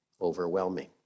overwhelming